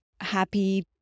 happy